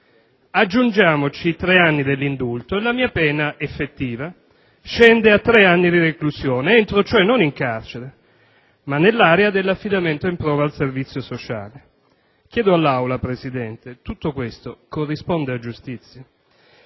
Aggiungiamoci i tre anni dell'indulto e la mia pena effettiva scende a tre anni di reclusione; entro, cioè, non in carcere, ma nell'area dell'affidamento in prova al servizio sociale. Chiedo all'Assemblea, signor Presidente: tutto questo corrisponde a giustizia?